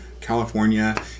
California